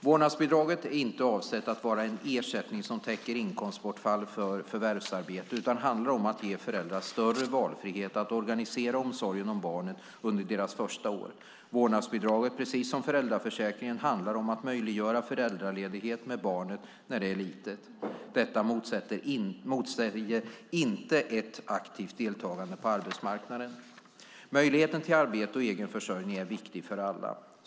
Vårdnadsbidraget är inte avsett att vara en ersättning som täcker inkomstbortfall för förvärvsarbete utan handlar om att ge föräldrar större valfrihet att organisera omsorgen om barnen under deras första år. Vårdnadsbidraget, precis som föräldraförsäkringen, handlar om att möjliggöra föräldraledighet med barnet när det är litet. Detta motsäger inte ett aktivt deltagande på arbetsmarknaden. Möjligheten till arbete och egen försörjning är viktig för alla.